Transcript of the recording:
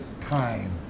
time